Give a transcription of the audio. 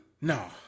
No